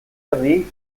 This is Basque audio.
erdi